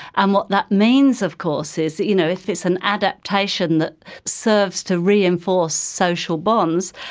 and what that means of course is you know if it's an adaptation that serves to reinforce social bonds,